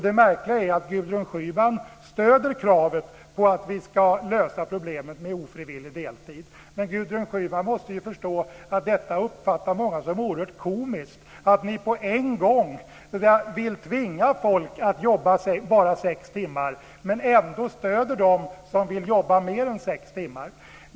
Det märkliga är att Gudrun Schyman stöder kravet på att vi ska lösa problemet med ofrivillig deltid. Men Gudrun Schyman måste ju förstå att många uppfattar det som oerhört komiskt att ni vill tvinga folk att jobba bara sex timmar och ändå stöder dem som vill jobba mer än sex timmar.